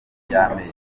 y’amezi